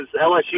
LSU